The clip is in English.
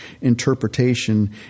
interpretation